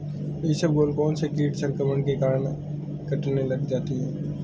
इसबगोल कौनसे कीट संक्रमण के कारण कटने लग जाती है?